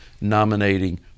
nominating